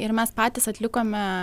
ir mes patys atlikome